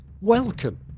welcome